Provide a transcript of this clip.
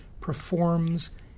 performs